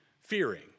fearing